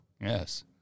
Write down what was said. Yes